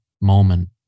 moment